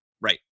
Right